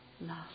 love